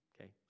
Okay